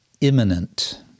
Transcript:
imminent